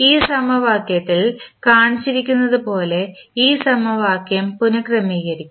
ഈ സമവാക്യത്തിൽ കാണിച്ചിരിക്കുന്നതുപോലെ ഈ സമവാക്യം പുന ക്രമീകരിക്കണം